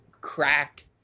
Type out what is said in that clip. crack